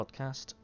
podcast